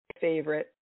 Favorite